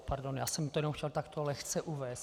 Pardon, já jsem to jenom chtěl takto lehce uvést.